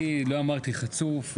אני לא אמרתי חצוף.